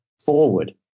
forward